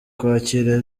kwakira